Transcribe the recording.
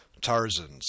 Tarzan's